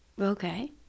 okay